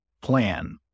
plan